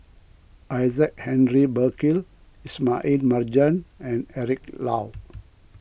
Isaac Henry Burkill Ismail Marjan and Eric Low